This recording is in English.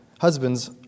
husbands